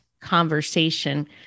conversation